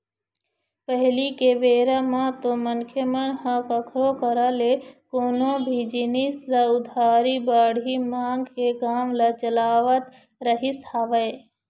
पहिली के बेरा म तो मनखे मन ह कखरो करा ले कोनो भी जिनिस ल उधारी बाड़ही मांग के काम ल चलावत रहिस हवय